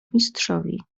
mistrzowi